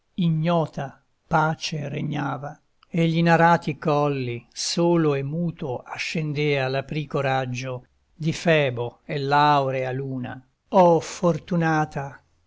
ignota pace regnava e gl'inarati colli solo e muto ascendea l'aprico raggio di febo e l'aurea luna oh fortunata